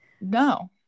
No